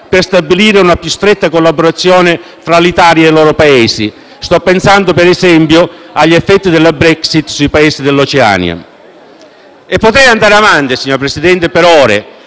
per stabilire una più stretta collaborazione tra l'Italia e i loro Paesi: sto pensando, per esempio, agli effetti della Brexit sui Paesi dell'Oceania. Signor Presidente, potrei